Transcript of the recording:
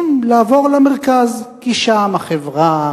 כשאתה דוחף למישהו שם חיובי כדאי לבדוק את השיניים של הפרה הזו.